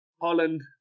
Holland